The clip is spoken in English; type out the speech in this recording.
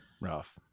rough